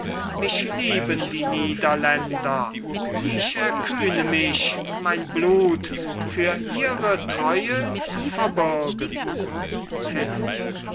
mich lieben die niederländer ich erkühne mich mein blut für ihre treue zu verbürgen philipp